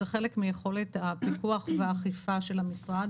זה חלק מיכולת הפיקוח והאכיפה של המשרד.